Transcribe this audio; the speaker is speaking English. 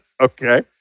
Okay